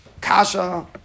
kasha